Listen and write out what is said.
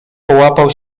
połapał